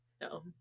No